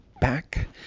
back